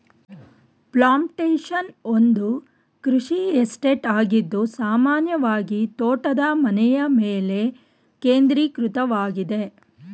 plantation ಒಂದು ಕೃಷಿ estate ಆಗಿದ್ದು ಸಾಮಾನ್ಯವಾಗಿತೋಟದ ಮನೆಯಮೇಲೆ ಕೇಂದ್ರೀಕೃತವಾಗಿದೆ